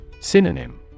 Synonym